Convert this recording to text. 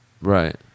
right